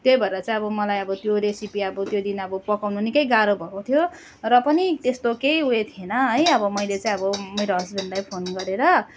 त्यही भएर चाहिँ अब मलाई अब त्यो रेसिपी अब त्यो दिन अब पकाउनु निकै गाह्रो भएको थियो र पनि त्यस्तो केही उयो थिएन है अब मैले चाहिँ अब मेरो हस्बेन्डलाई फोन गरेर